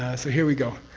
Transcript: so here we go.